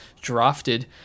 drafted